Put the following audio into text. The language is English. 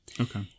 Okay